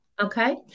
okay